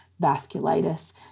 vasculitis